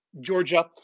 Georgia